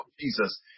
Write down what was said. Jesus